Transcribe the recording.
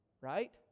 Right